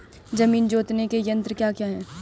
जमीन जोतने के यंत्र क्या क्या हैं?